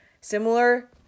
similar